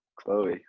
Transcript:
Chloe